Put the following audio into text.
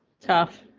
tough